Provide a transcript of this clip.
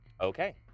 Okay